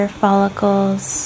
follicles